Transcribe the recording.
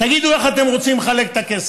תגידו איך אתם רוצים לחלק את הכסף.